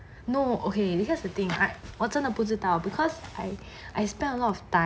no okay because the thing I 我真的不知道 because I I spent a lot of time